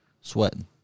sweating